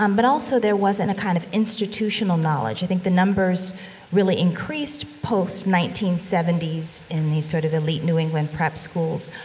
um but also there wasn't a kind of institutional knowledge. i think the numbers really increased post nineteen seventy s in these sort of elite new england prep schools.